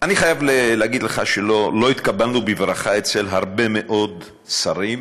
אני חייב להגיד לך שלא התקבלו בברכה אצל הרבה מאוד שרים,